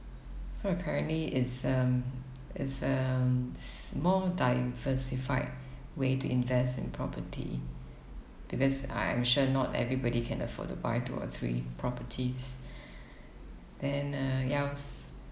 so apparently it's um it's um s~ more diversified way to invest in property because I'm sure not everybody can afford to buy two or three properties then uh else